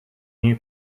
new